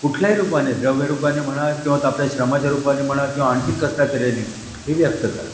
कुठल्याही रूपाने द्रव्य रूपाने म्हणा किंवा आपल्या श्रमाच्या रूपाने म्हणा किंवा आणखी कष्टाकऱ्याने ही व्यक्त करत